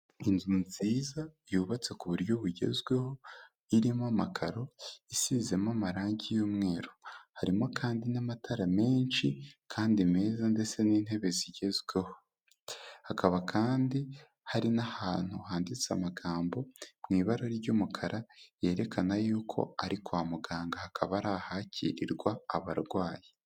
Inzu nziza yubatse ku buryo bugezweho, irimo amakaro, isizemo amarangi y'umweru, harimo kandi n'amatara menshi kandi meza ndetse n'intebe zigezweho, hakaba kandi hari n'ahantu handitse amagambo mu ibara ry'umukara, yerekana yuko ari kwa muganga, hakaba ari ahakirirwa abarwayi.